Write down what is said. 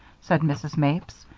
said mrs. mapes.